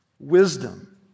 Wisdom